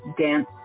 dance